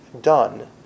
done